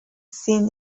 seen